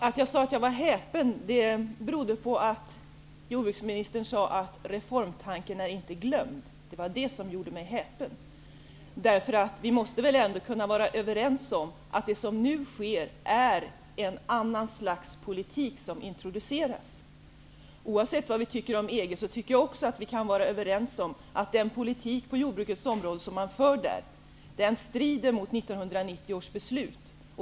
Fru talman! Det som gjorde mig häpen var att jordbruksministern sade att reformtanken inte är glömd. Vi måste väl ändå kunna vara överens om att det som nu sker är att ett annat slags politik introduceras. Oavsett vad vi tycker om EG, kan vi väl också vara överens om att den politik på jordbruksområdet som man där för strider mot 1990 års beslut.